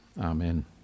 amen